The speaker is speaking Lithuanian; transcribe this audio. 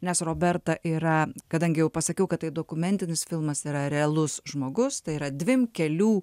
nes roberta yra kadangi jau pasakiau kad tai dokumentinis filmas yra realus žmogus tai yra dvim kelių